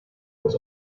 was